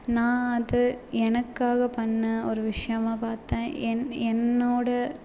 நான் அது எனக்காக பண்ண ஒரு விஷயமாக பார்த்தேன் என் என்னோடய